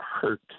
hurt